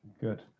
good